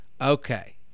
Okay